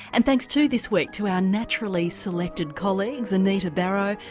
and thanks too this week to our naturally selected colleagues anita barraud,